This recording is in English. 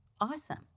Awesome